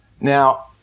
Now